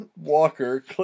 walker